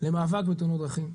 למאבק בתאונות הדרכים.